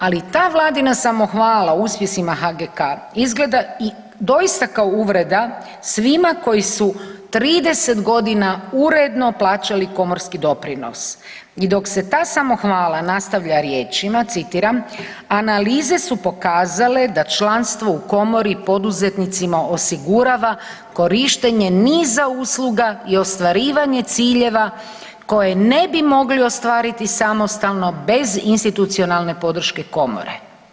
Ali ta vladina samohvala o uspjesima HGK izgleda doista kao uvreda svima koji su 30 godina uredno plaćali komorski doprinos i dok se ta samohvala nastavlja riječima, citiram, analize su pokazale da članstvo u komori poduzetnicima osigurava korištenje niza usluga i ostvarivanje ciljeva koje ne bi mogli ostvariti samostalno bez institucionalne podrške komore.